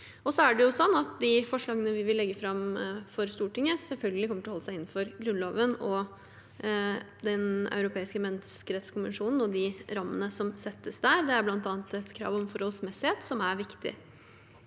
rusavhengige. Så kommer de forslagene vi vil legge fram for Stortinget, selvfølgelig til å holde seg innenfor Grunnloven og Den europeiske menneskerettskonvensjon og de rammene som settes der. Det er bl.a. et krav om forholdsmessighet, som er viktig.